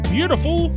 Beautiful